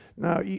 now, yeah